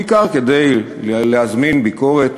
בעיקר כדי להזמין ביקורת